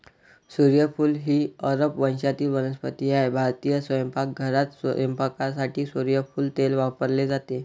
सूर्यफूल ही अरब वंशाची वनस्पती आहे भारतीय स्वयंपाकघरात स्वयंपाकासाठी सूर्यफूल तेल वापरले जाते